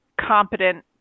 competent